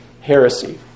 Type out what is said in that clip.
Heresy